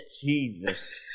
Jesus